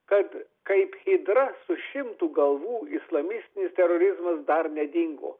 kad kaip hidra su šimtu galvų islamistinis terorizmas dar nedingo